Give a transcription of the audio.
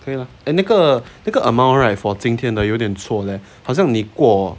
对 lah 那个那个 amount right for 今天的有点错 leh 好像你过